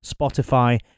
Spotify